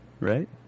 Right